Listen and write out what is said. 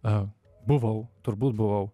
o buvau turbūt buvau